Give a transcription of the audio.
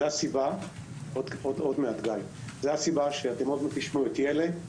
זו הסיבה עוד מעט תשמעו את ילה חוס,